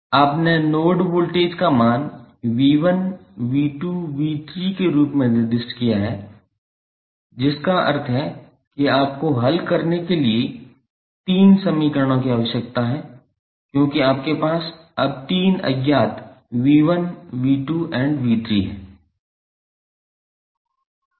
आपने node voltage का मान 𝑉1𝑉2𝑉3 के रूप में निर्दिष्ट किया है जिसका अर्थ है कि आपको हल करने के लिए तीन समीकरणों की आवश्यकता है क्योंकि आपके पास अब तीन अज्ञात 𝑉1𝑉2𝑉3 हैं